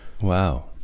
Wow